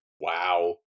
Wow